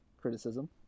criticism